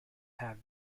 have